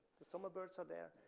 the summer birds are there.